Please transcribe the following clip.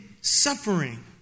suffering